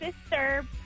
sister-